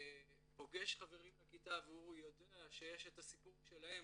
פוגש חברים לכיתה והוא יודע שיש את הסיפור שלהם,